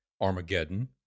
Armageddon